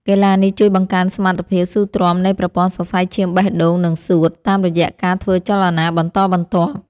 កីឡានេះជួយបង្កើនសមត្ថភាពស៊ូទ្រាំនៃប្រព័ន្ធសរសៃឈាមបេះដូង និងសួត តាមរយៈការធ្វើចលនាបន្តបន្ទាប់។